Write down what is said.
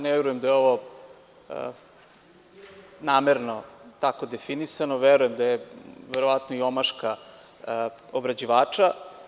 Ne verujem da je ovo namerno tako definisano, verujem da je verovatno i omaška obrađivača.